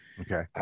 okay